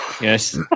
Yes